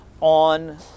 on